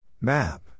Map